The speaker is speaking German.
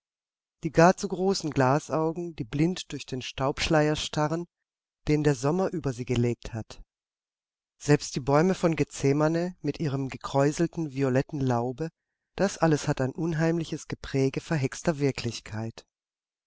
die gar zu großen glasaugen die blind durch den staubschleier starren den der sommer über sie gelegt hat selbst die bäume von gethsemane mit ihrem gekräuselten violetten laube das alles hat ein unheimliches gepräge verhexter wirklichkeit